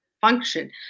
function